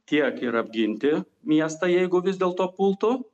tiek ir apginti miestą jeigu vis dėlto pultų